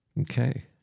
Okay